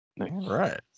Right